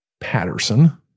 Patterson